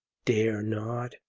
dare not?